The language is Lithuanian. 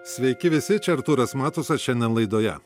sveiki visi čia artūras matusas šiandien laidoje